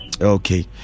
Okay